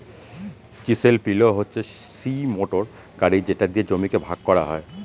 chisel পিলও হচ্ছে সিই মোটর গাড়ি যেটা দিয়ে জমিকে ভাগ করা হয়